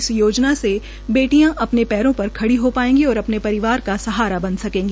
इस योजना से बेटियां अपने पैरों पर खड़ा हो पाएगी और अपने परिवार का सहारा बन सकेंगी